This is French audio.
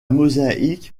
mosaïque